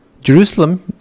Jerusalem